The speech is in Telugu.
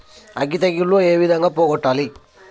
అగ్గి తెగులు ఏ విధంగా పోగొట్టాలి?